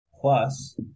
plus